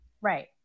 Right